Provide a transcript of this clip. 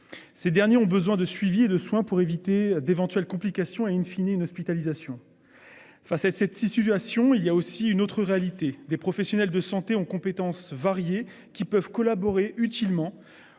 Ces derniers ont besoin de suivi et de soins pour éviter d'éventuelles complications et une fine une hospitalisation. Face à cette situation, il y a aussi une autre réalité des professionnels de santé ont compétences variées qui peuvent collaborer utilement